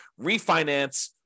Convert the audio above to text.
refinance